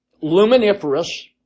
Luminiferous